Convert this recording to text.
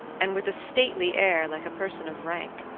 and with a stately air, like a person of rank,